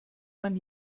man